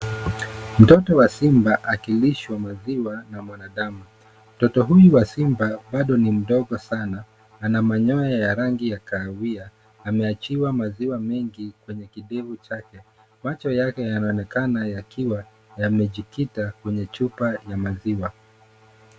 Mtoto wa simba akilishwa maziwa na mwanadamu. Mtoto huyu wa simba bado ni mdogo sana, ana manyoya ya rangi ya kahawia. Ameachiwa maziwa mengi kwenye kidevu chake, macho yake yanaonekana yamejikita kwenye chupa ya maziwa.